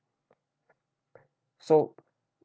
so